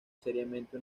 seriamente